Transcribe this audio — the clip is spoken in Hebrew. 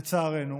לצערנו